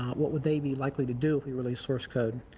what would they be likely to do if we released source code?